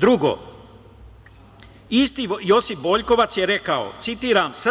Drugo, isti Josip Boljkovac je rekao, citiram –